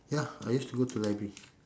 ya I used to go to library